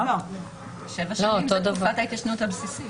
שבע שנים זה תקופת ההתיישנות הבסיסית.